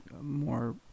more